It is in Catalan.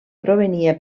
provenia